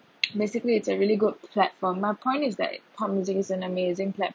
basically it's a really good platform my point is that pop music is an amazing plat~